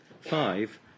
Five